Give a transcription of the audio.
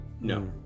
No